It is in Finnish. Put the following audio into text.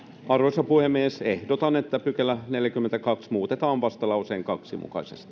arvoisa puhemies ehdotan että neljäskymmenestoinen pykälä muutetaan vastalauseen kaksi mukaisesti